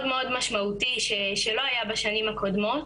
מאוד משמעותי שלא היה בשנים הקודמות.